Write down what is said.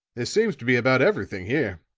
there seems to be about everything here.